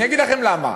אני אגיד לכם למה: